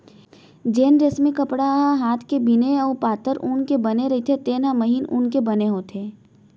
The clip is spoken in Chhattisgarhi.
जेन रेसमी कपड़ा ह हात के बिने अउ पातर ऊन के बने रइथे तेन हर महीन ऊन के बने होथे